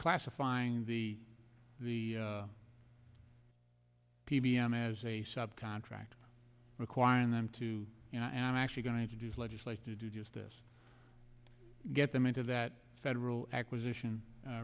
classifying the the p b m as a sub contract requiring them to you know i am actually going to introduce legislation to do just this get them into that federal acquisition